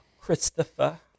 Christopher